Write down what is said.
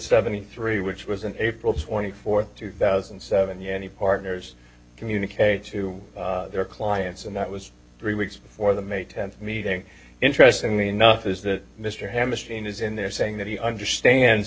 seventy three which was in april twenty fourth two thousand and seven yanni partners communicate to their clients and that was three weeks before the may tenth meeting interestingly enough is that mr hamel strain is in there saying that he understands